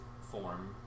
form